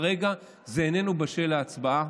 כרגע זה איננו בשל להצבעה,